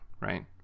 right